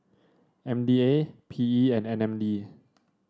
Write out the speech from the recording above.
M D A P E and N M D